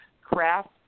craft